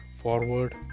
forward